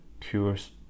cures